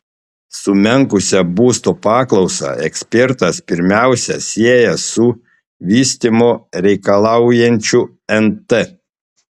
sumenkusią būsto paklausą ekspertas pirmiausia sieja su vystymo reikalaujančiu nt